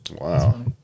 Wow